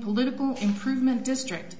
political improvement district